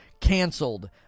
canceled